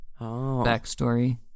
backstory